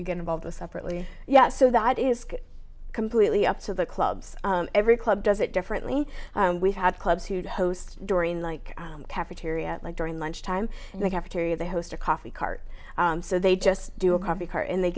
you get involved with separately yet so that is completely up to the clubs every club does it differently we had clubs who would host during like cafeteria like during lunch time and the cafeteria they host a coffee cart so they just do a coffee car and they